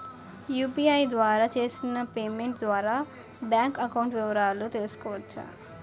UPI ద్వారా చేసిన payment ద్వారా బ్యాంక్ అకౌంట్ వివరాలు తెలుసుకోవచ్చ?